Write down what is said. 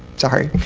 sorry.